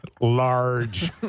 large